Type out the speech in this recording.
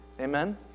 Amen